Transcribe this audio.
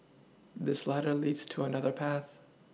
this ladder leads to another path